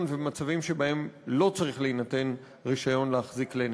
ובמצבים שבהם לא צריך להינתן רישיון להחזיק כלי נשק.